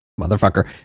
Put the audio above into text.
motherfucker